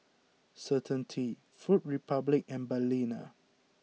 Certainty Food Republic and Balina